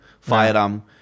firearm